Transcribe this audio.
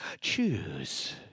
choose